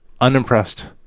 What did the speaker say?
unimpressed